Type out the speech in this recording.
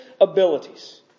abilities